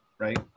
right